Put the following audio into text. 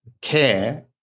care